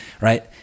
right